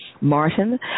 Martin